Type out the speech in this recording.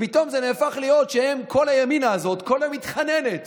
ופתאום זה נהפך להיות שכל הימינה הזאת כל היום מתחננת